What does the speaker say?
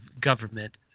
government